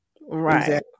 Right